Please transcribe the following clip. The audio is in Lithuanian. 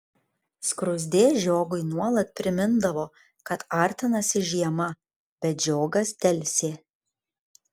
skruzdė žiogui nuolat primindavo kad artinasi žiema bet žiogas delsė